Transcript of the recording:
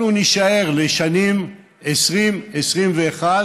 אנחנו נישאר לשנים 2020 2021